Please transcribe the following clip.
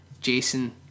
Jason